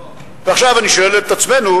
ועכשיו אני שואל את עצמנו: